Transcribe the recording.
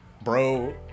Bro